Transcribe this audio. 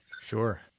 Sure